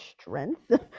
strength